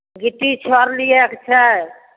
गिट्टी छर लियैके छै